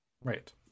Right